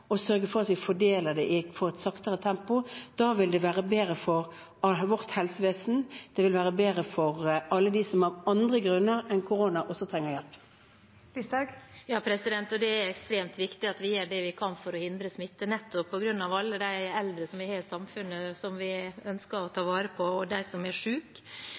sørge for at vi fordeler det og får et saktere tempo. Da vil det være bedre for vårt helsevesen, det vil være bedre for alle dem som av andre grunner enn korona også trenger hjelp. Det åpnes for oppfølgingsspørsmål – først Sylvi Listhaug. Det er ekstremt viktig at vi gjør det vi kan for å hindre smitte, nettopp på grunn av alle de eldre som vi har i samfunnet som vi ønsker å ta vare på, og de som er